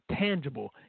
tangible